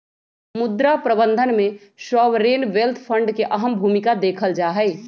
मुद्रा प्रबन्धन में सॉवरेन वेल्थ फंड के अहम भूमिका देखल जाहई